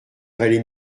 valait